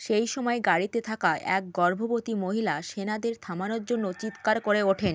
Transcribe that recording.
সেই সময়ে গাড়িতে থাকা এক গর্ভবতী মহিলা সেনাদের থামানোর জন্য চিৎকার করে ওঠেন